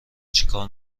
چیکار